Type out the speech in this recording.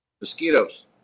Mosquitoes